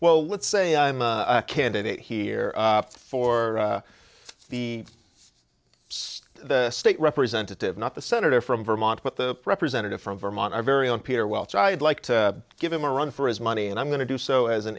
well let's say i'm a candidate here for the state representative not the senator from vermont but the representative from vermont our very own peter welch i'd like to give him a run for his money and i'm going to do so as an